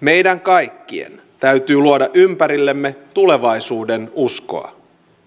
meidän kaikkien täytyy luoda ympärillemme tulevaisuudenuskoa